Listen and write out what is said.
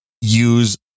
use